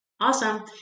awesome